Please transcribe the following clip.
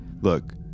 look